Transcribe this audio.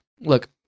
look